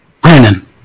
Brandon